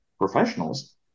professionals